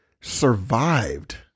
survived